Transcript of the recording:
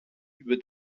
über